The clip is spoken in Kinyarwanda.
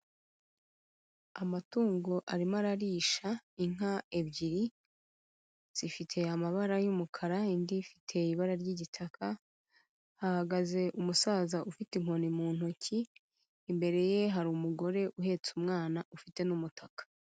Amatungo arimo ararisha, inka ebyiri zifite amabara y'umukara indi ifite ibara ry'igitaka, hahagaze umusaza ufite inkoni mu ntoki, imbere ye hari umugore uhetse umwana ufite n'umutaka.